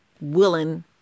willing